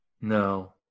No